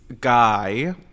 guy